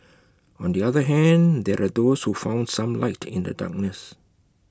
on the other hand there are those who found some light in the darkness